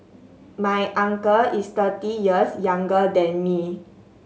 my uncle is thirty years younger than me